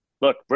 look